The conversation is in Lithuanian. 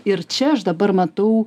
ir čia aš dabar matau